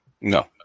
No